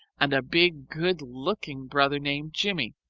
and a big, good-looking brother named jimmie,